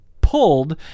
pulled